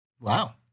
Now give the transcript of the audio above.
Wow